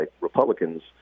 Republicans